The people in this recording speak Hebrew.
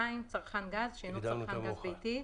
צרכן גז שאינו צרכן גז ביתי,